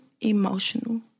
emotional